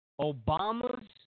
Obama's